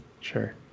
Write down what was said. Sure